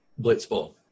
Blitzball